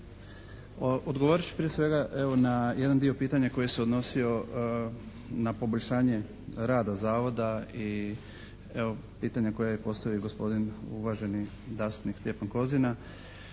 Odgovorit ću prije svega na evo jedan dio pitanja koji se odnosio na poboljšanje rada zavoda i evo pitanja koje je postavio gospodin uvaženi zastupnik Stjepan Kozina,